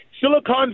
silicon